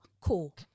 cool